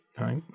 right